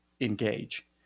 engage